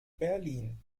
berlin